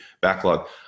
backlog